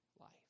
life